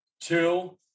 two